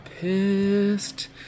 pissed